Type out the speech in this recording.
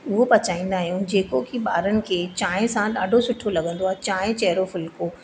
उहो पचाईंदा आहियूं जेको बि ॿारनि खे चांहि सां ॾाढो सुठो लगंदो आहे चांहि चहरो फुलको